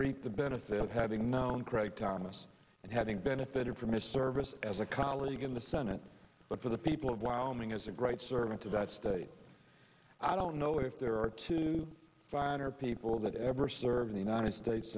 reap the benefits of having known great thomas and having benefited from his service as a colleague in the senate but for the people of wyoming is a great servant to that state i don't know if there are two finer people that ever serve in the united states